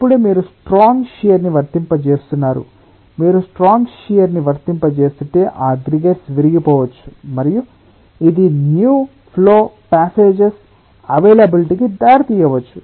ఇప్పుడు మీరు strong shear ని వర్తింపజేస్తున్నారు మీరు స్ట్రాంగ్ షియర్ ని వర్తింపజేస్తుంటే ఆ అగ్రిగేట్స్ విరిగిపోవచ్చు మరియు ఇది న్యూ ఫ్లో ప్యాసేజస్ అవైలబిలిటి కి దారితీయవచ్చు